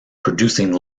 producing